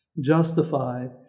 justified